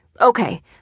Okay